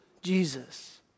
Jesus